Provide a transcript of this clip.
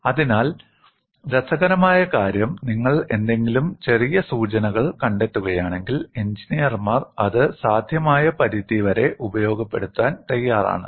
അതിനാൽ രസകരമായ കാര്യം നിങ്ങൾ എന്തെങ്കിലും ചെറിയ സൂചനകൾ കണ്ടെത്തുകയാണെങ്കിൽ എഞ്ചിനീയർമാർ അത് സാധ്യമായ പരിധി വരെ ഉപയോഗപ്പെടുത്താൻ തയ്യാറാണ്